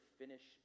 finish